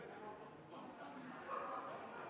Representanten